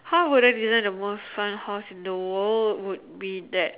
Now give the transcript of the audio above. how would I design the most fun house in the world would be that